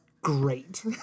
great